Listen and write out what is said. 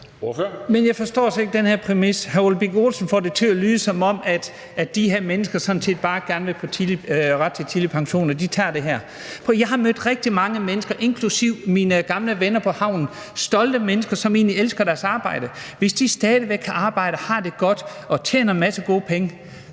Men jeg forstår slet ikke den her præmis. Hr. Ole Birk Olesen får det til at lyde, som om de her mennesker sådan set bare gerne vil på tidlig pension, når de tager det her. Prøv at høre her: Jeg har mødt rigtig mange mennesker, inklusive mine gamle venner på havnen, stolte mennesker, som egentlig elsker deres arbejde, og hvis de stadig væk kan arbejde, har det godt og tjener en masse gode penge,